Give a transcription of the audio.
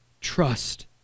Trust